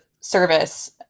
service